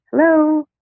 hello